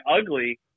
ugly